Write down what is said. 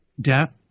death